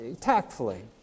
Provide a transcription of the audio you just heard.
tactfully